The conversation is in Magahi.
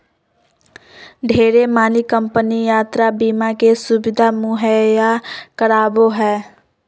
ढेरे मानी कम्पनी यात्रा बीमा के सुविधा मुहैया करावो हय